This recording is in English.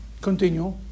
Continue